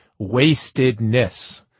wastedness